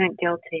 guilty